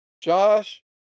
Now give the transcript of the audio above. Josh